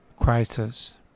crisis